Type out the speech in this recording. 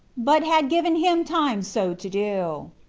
but had given him time so to do.